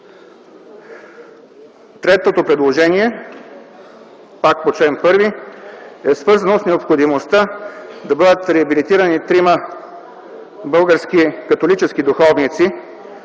Третото предложение е пак по чл. 1. То е свързано с необходимостта да бъдат реабилитирани трима български католически духовници,